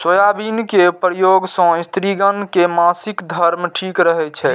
soybean के प्रयोग सं स्त्रिगण के मासिक धर्म ठीक रहै छै